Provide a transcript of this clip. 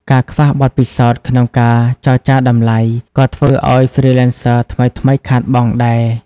ការខ្វះបទពិសោធន៍ក្នុងការចរចាតម្លៃ ក៏ធ្វើឱ្យ Freelancers ថ្មីៗខាតបង់ដែរ។